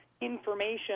information